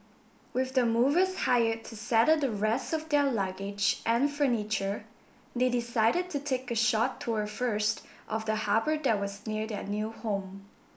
with the movers hired to settle the rest of their luggage and furniture they decided to take a short tour first of the harbour that was near their new home